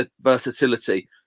versatility